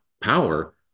power